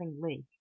lake